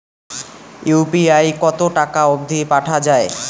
UPI কতো টাকা অব্দি পাঠা যায়?